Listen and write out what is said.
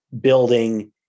building